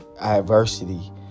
adversity